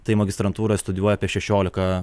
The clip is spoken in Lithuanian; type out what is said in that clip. tai magistrantūroj studijų apie šešiolika